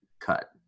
cut